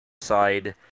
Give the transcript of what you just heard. side